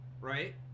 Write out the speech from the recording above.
right